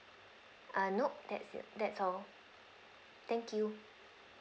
uh nope that's it that's all thank you